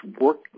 work